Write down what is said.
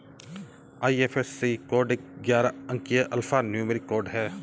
IFSC code एक ग्यारह अंकीय अल्फा न्यूमेरिक कोड है